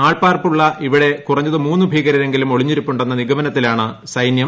ആൾപ്പാർപ്പുള്ള ഇവിടെ കുറഞ്ഞത് മൂന്ന് ഭീകരരെങ്കിലും ഒളിഞ്ഞിരിപ്പുണ്ടെന്ന നിഗമനത്തിലാണ് സൈന്യം